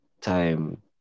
time